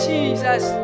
Jesus